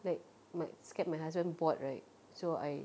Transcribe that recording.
like my scared my husband bored right so I